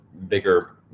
bigger